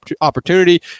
opportunity